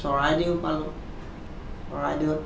চৰাইদেউ পালোঁ চৰাইদেউত